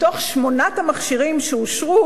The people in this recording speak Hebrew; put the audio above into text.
מתוך שמונת המכשירים שאושרו,